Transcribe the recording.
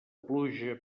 pluja